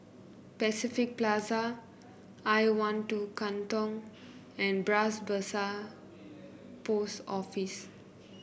Pacific Plaza I one two Katong and Bras Basah Post Office